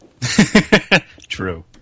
True